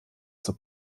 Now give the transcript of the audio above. zur